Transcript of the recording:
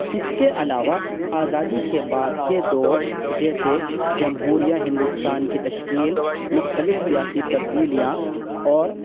اس کے علاوہ آزادی کے بعد کے دور جیسے جمہوریہ ہندوستان کی تشکیل مختلف سیاسی تبدیلیاں اور